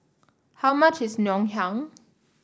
how much is Ngoh Hiang